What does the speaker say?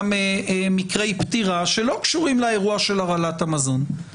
מקרי פטירה שלא קשורים לאירוע של הרעלת המזון.